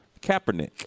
Kaepernick